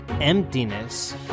emptiness